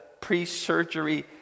pre-surgery